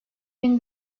bin